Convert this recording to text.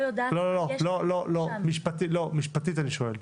לא, אני שואל משפטית.